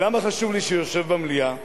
ולמה חשוב לי שהוא יושב במליאה?